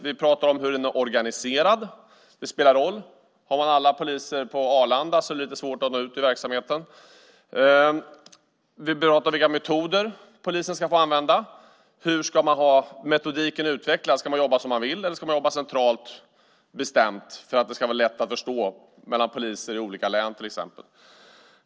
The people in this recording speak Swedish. Vi pratar om hur den är organiserad. Det spelar roll. Har man alla poliser på Arlanda är det lite svårt att nå ut i verksamheten. Vi berör vilka metoder polisen ska få använda, hur metodiken ska utvecklas. Ska man jobba som man vill eller ska man jobba centralt bestämt för att underlätta samarbetet mellan poliser i olika län, till exempel?